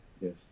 Yes